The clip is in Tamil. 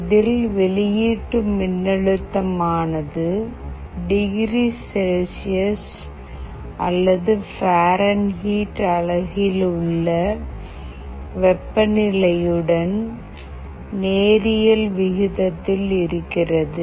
இதில் வெளியீட்டு மின்னழுத்தமானது டிகிரி செல்சியஸ் அல்லது பாரன்ஹீட் அலகில் உள்ள வெப்பநிலையுடன் நேரியல் விகிதத்தில் இருக்கிறது